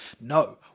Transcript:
No